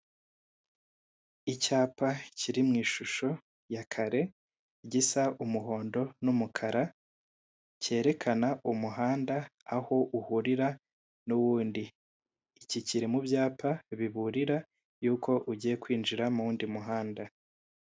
Icyapa kiri mu isusho ya kare, gisa umuhondo n'umukara, cyerekana umuhanda aho uhurira n'uwundi. Iki kiri mu byapa biburira yuko ugiye kwinjira mu wundi muhanda.